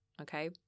okay